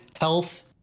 health